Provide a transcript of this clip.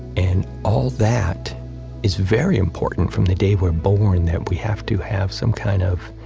and all that is very important, from the day we're born that we have to have some kind of